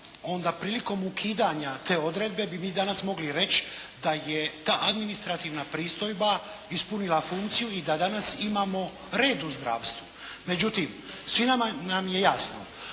onda prilikom ukidanja te odredbe bi vi danas mogli reći da je ta administrativna pristojba ispunila funkciju i da danas imamo red u zdravstvu. Međutim, svima nam je jasno